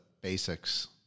basics